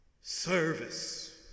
Service